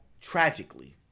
tragically